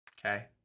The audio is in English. Okay